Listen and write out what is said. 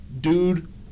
Dude